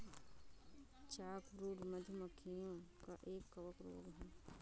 chalkbrood, मधु मक्खियों का एक कवक रोग है